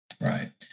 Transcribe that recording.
Right